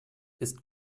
ist